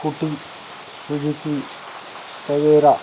scooty Suzuki Tavera